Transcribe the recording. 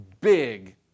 big